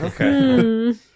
Okay